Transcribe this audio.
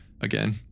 again